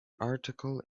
article